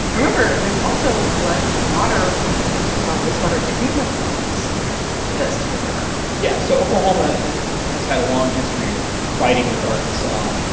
remember there's also what water from arkansas wastewater treatment plants does to the river yeah. so oklahoma has had a long history of fighting with arkansas,